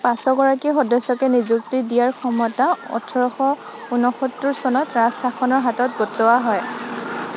পাঁচোগৰাকী সদস্যকে নিযুক্তি দিয়াৰ ক্ষমতা ওঠৰশ ঊনসত্তৰ চনত ৰাজশাসনৰ হাতত গতোৱা হয়